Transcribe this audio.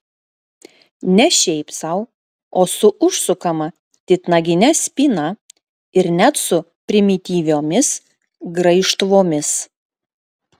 ne šiaip sau o su užsukama titnagine spyna ir net su primityviomis graižtvomis